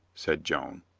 said joan.